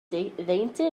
ddeintydd